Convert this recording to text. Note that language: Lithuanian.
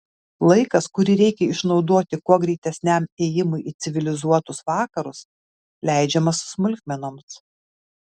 laikas kurį reikia išnaudoti kuo greitesniam ėjimui į civilizuotus vakarus leidžiamas smulkmenoms